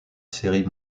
série